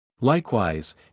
Likewise